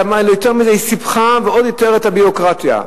יותר מזה, היא סיבכה עוד יותר את הביורוקרטיה.